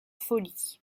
folie